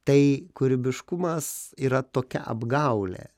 tai kūrybiškumas yra tokia apgaulė